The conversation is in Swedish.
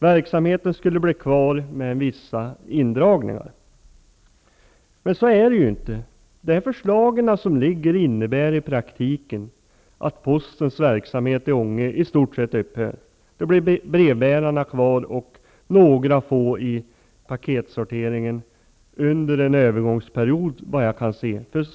Verksamheten skulle bli kvar med vissa indragningar. Men så är det ju inte. De förslag som ligger innebär i praktiken att postens verksamhet i Ånge i stort sett upphör. Kvar blir brevbärarna och några få personer i paketsorteringen under en övergångsperiod, såvitt jag kan se.